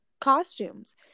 costumes